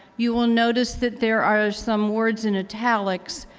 you will notice that there are some words in italics.